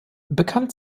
bekannt